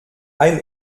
ein